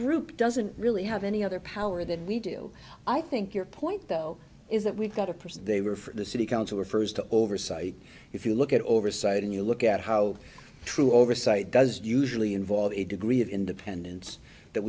group doesn't really have any other power than we do i think your point though is that we've got a person they were for the city council refers to oversight if you look at oversight and you look at how true oversight does usually involve a degree of independence that